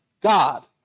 God